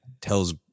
tells